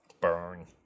burn